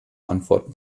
antworten